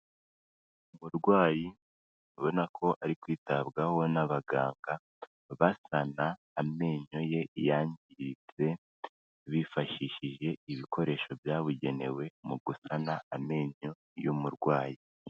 Umurwayi ubona ko ari kwitabwaho n'abaganga basana amenyo ye yangiritse bifashishije ibikoresho byabugenewe mu gusana amenyo y'umurwayi.